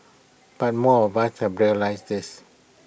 but more of us have to realise this